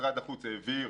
שמשרד החוץ העביר